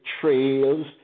Trails